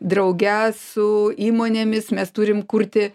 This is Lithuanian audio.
drauge su įmonėmis mes turim kurti